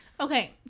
Okay